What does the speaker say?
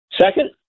Second